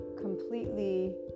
completely